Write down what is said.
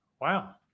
Wow